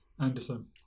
Anderson